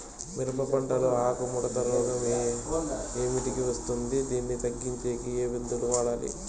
మిరప పంట లో ఆకు ముడత రోగం ఏమిటికి వస్తుంది, దీన్ని తగ్గించేకి ఏమి మందులు వాడాలి?